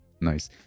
nice